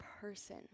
person